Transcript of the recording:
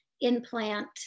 implant